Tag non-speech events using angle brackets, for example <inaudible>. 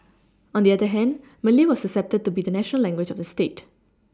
<noise> on the other hand Malay was accepted to be the national language of the state